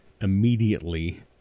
immediately